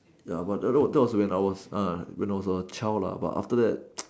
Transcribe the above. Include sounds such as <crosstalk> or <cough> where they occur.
ya but that that was when I was ah when I was a child lah but after that <noise>